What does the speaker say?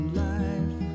life